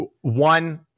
one